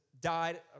died